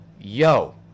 yo